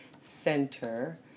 Center